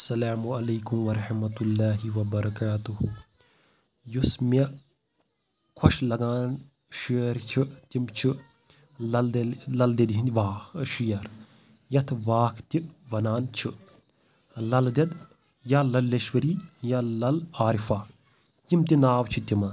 اَسَلامُ علیکُم وَرحمتُہ اللہ وَبَرَکاتہُ یُس مےٚ خۄش لگان شٲعر چھُ تِم چھُ لل لل دٮ۪دِ ہِنٛد واکھ شعر یَتھ واکھ تہِ وَنان چھِ لل دٮ۪د یا للیشؤری یا لل عارفہ یِم تہِ ناو چھِ تِمن